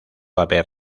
haber